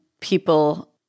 people